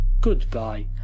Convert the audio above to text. Goodbye